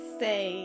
say